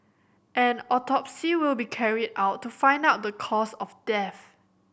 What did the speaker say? an autopsy will be carried out to find out the cause of death